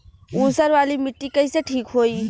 ऊसर वाली मिट्टी कईसे ठीक होई?